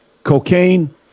Cocaine